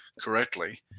correctly